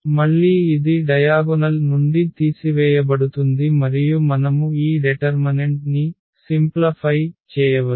మళ్ళీ ఇది డయాగొనల్ నుండి తీసివేయబడుతుంది మరియు మనము ఈ డెటర్మనెంట్ ని సరళీకృతం చేయవచ్చు